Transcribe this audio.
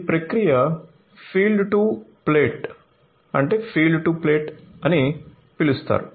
ఈ ప్రక్రియను field to plate అని పిలుస్తారు